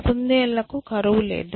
కుందేళ్ళకు కరువు లేదు